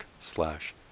slash